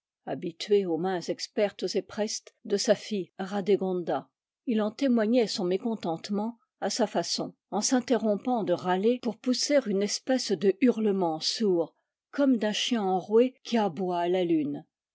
habitué aux mains expertes et prestes de sa fille radé gonda il en témoignait son mécontentement à sa façon en s'interrompant de râler pour pousser une espèce de hurlement sourd comme d'un chien enroué qui aboie à la lune